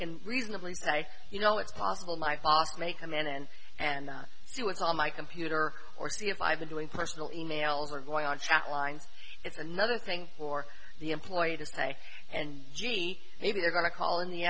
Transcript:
and reasonably say you know it's possible my boss may come in and do it on my computer or see if i've been doing personal e mails or going on chat lines it's another thing for the employee to say and gee maybe they're going to call in the